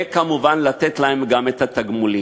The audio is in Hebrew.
כמובן, לתת להם גם את התגמולים.